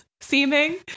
seeming